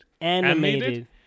Animated